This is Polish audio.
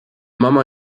mama